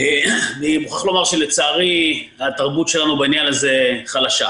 אני מוכרח לומר שלצערי התרבות שלנו בעניין הזה חלשה.